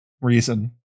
reason